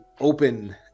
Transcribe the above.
open